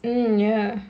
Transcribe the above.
mm ya